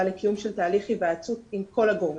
לקיום של תהליך היוועצות עם כל הגורמים.